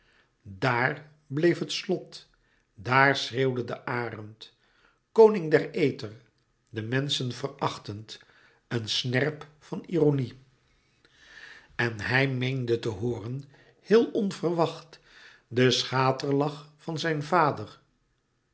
dàar bleef het slot daar schreeuwde de arend koning des ethers de menschen verachtend een snerp van ironie en hij meende te hooren heel onverwacht den schaterlach van zijn vader